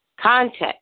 context